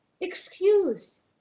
excuse